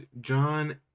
John